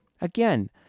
Again